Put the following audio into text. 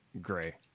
gray